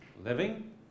living